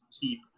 keep